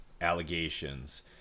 allegations